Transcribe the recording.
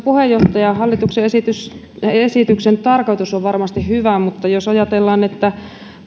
puheenjohtaja hallituksen esityksen tarkoitus on varmasti hyvä mutta jos ajatellaan että globaalisti